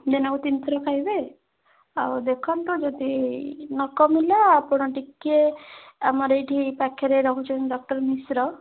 ଦିନକୁ ତିନିଥର ଖାଇବେ ଆଉ ଦେଖନ୍ତୁ ଯଦି ନ କମିଲା ଆପଣ ଟିକିଏ ଆମର ଏଇଠି ପାଖରେ ରହୁଛନ୍ତି ଡକ୍ଟର ମିଶ୍ର